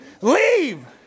Leave